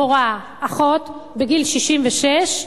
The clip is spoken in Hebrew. מורה, אחות, בגיל 66,